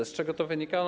Z czego to wynika?